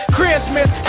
Christmas